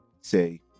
say